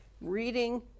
reading